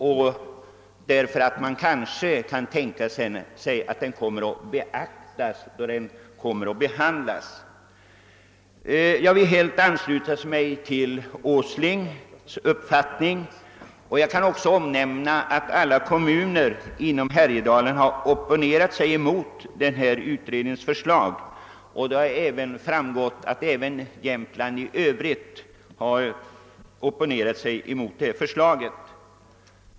Våra synpunkter kommer kanske därigenom att beaktas då ärendet behandlas. Jag vill helt ansluta mig till herr Åslings uppfattning, och jag kan även nämna att alla kommuner inom Härjedalen har opponerat sig mot ifrågavarande utrednings förslag; det har också framgått att så skett också i Jämtland.